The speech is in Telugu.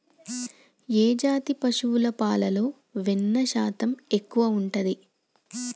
ఏ జాతి పశువుల పాలలో వెన్నె శాతం ఎక్కువ ఉంటది?